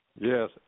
Yes